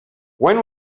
when